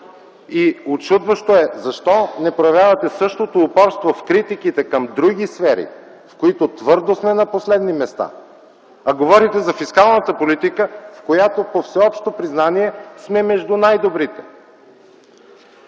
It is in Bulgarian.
Учудващо е защо не проявявате същото упорство в критиките към други сфери, в които твърдо сме на последни места, а говорите за фискалната политика, в която по всеобщо признание сме между най-добрите?!